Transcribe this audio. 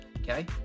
okay